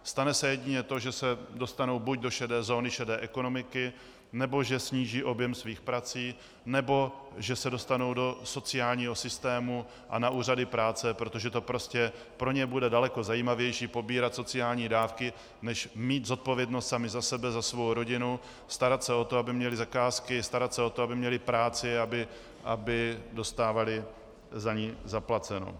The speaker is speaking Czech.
Stane se jedině to, že se dostanou buď do šedé zóny, šedé ekonomiky, nebo že sníží objem svých prací, nebo že se dostanou do sociálního systému a na úřady práce, protože prostě pro ně bude daleko zajímavější pobírat sociální dávky než mít zodpovědnost sami za sebe, za svou rodinu, starat se o to, aby měli zakázky, starat se o to, aby měli práci, aby dostávali za ni zaplaceno.